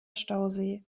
stausee